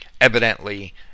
evidently